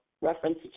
reference